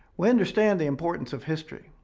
we understand the importance of history.